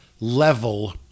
level